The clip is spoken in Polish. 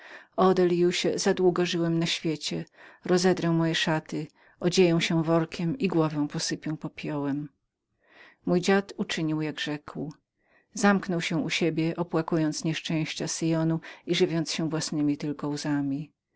delliuszu za długo żyłem na świecie rozedrę moje szaty odzieję się workiem i głowę posypę popiołem mój dziad uczynił jako rzekł zamknął się u siebie opłakując nieszczęścia syonu i żywiąc się własnemi tylko łzami